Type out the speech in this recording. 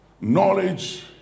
knowledge